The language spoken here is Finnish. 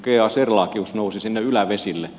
serlachius nousi sinne ylävesille